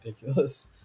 ridiculous